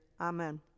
Amen